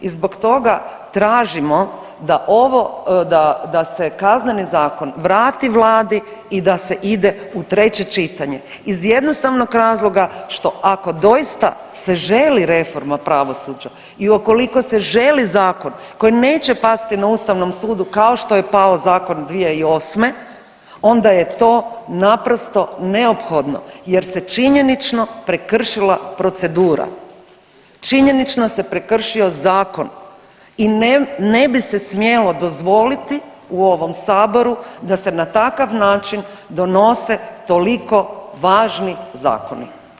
I zbog toga tražimo da se Kazneni zakon vrati vladi i da se ide u treće čitanje iz jednostavnog razloga što ako doista se želi reforma pravosuđa i ukoliko se želi zakon koji neće pasti na ustavnom sudu kao što je pao zakon 2008., onda je to naprosto neophodno jer se činjenično prekršila procedura, činjenično se prekršio zakon i ne bi se smjelo dozvoliti u ovom saboru da se na takav način donose toliko važni zakoni.